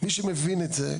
מי שמבין את זה,